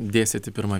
dėsit į pirmą